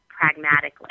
pragmatically